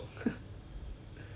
oh